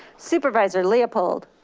supervisor leopold.